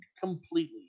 completely